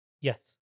yes